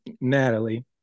Natalie